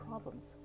Problems